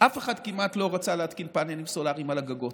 אף אחד כמעט לא רצה להתקין פאנלים סולריים על הגגות.